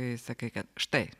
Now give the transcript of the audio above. kai sakai kad štai